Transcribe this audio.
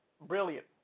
Brilliant